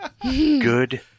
Good